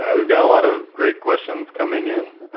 and we've got a lot of great questions coming in.